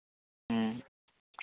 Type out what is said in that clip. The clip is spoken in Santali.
ᱦᱮᱸ